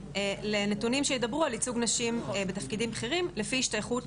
לנתונים שידברו על ייצוג נשים בתפקידים בכירים לפי השתייכות